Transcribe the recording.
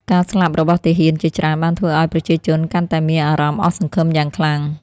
ការស្លាប់របស់ទាហានជាច្រើនបានធ្វើឲ្យប្រជាជនកាន់តែមានអារម្មណ៍អស់សង្ឃឹមយ៉ាងខ្លាំង។